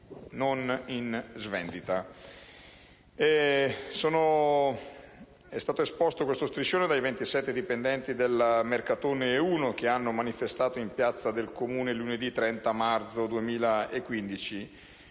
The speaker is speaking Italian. non in svendita».